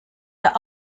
der